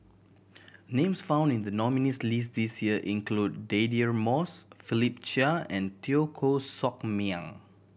names found in the nominees' list this year include Deirdre Moss Philip Chia and Teo Koh Sock Miang